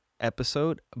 episode